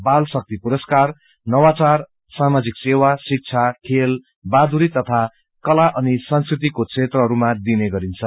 बाल शक्ति पुरस्कार नवाचार सामाजिक सेवा शिक्षा खेल बहादुरी तथा कला अनि संस्कृतिको क्षेत्रहरूमा दिइने गरिन्छ